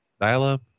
dial-up